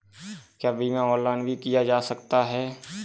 क्या बीमा ऑनलाइन भी किया जा सकता है?